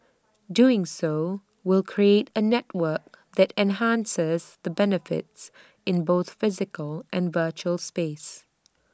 doing so will create A network that enhances the benefits in both physical and virtual space